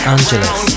Angeles